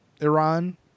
Iran